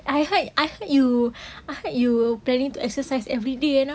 I heard I heard you I heard you planning to exercise everyday now